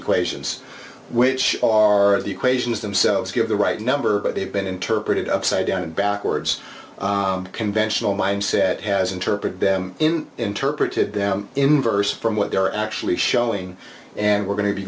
equations which are the equations themselves give the right number but they've been interpreted upside down and backwards conventional mindset has interpreted them in interpreted them inverse from what they're actually showing and we're going to be